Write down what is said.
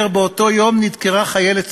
אנשי ההסברה והקופירייטינג של ראש